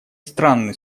странный